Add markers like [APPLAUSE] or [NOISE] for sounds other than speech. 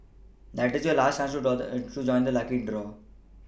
that this is your last chance [UNINTELLIGIBLE] to join the lucky draw